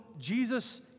Jesus